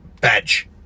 badge